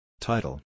Title